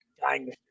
dying